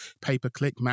pay-per-click